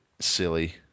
silly